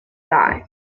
time